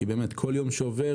כי כל יום שעובר,